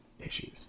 issues